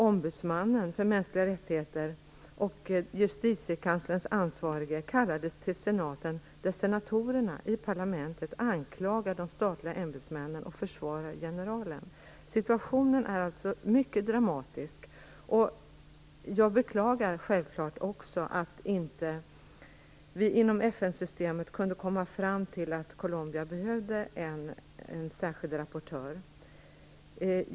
Ombudsmannen för mänskliga rättigheter och justitiekanslerns ansvarige kallades till senaten, och senatorerna anklagade i parlamentet de statliga ämbetsmännen och försvarade generalen. Situationen är alltså mycket dramatisk, och jag beklagar självklart också att vi inte inom FN-systemet kunde komma fram till att Colombia behövde en särskild rapportör.